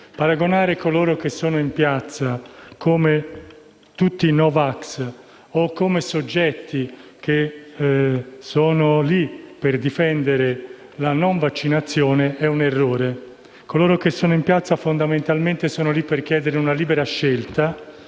considerare coloro che sono in piazza come se fossero tutti no-vax o come soggetti che sono lì per difendere la non vaccinazione è un errore. Coloro che sono in piazza fondamentalmente sono lì per chiedere una libera scelta,